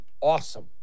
awesome